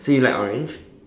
so you like orange